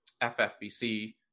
ffbc